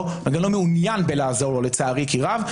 וגם לא מעוניין לעזור לו לצערי כי רב,